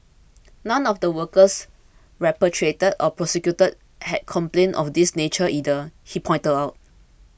none of the workers repatriated or prosecuted had complaints of this nature either he pointed out